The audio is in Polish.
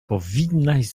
powinnaś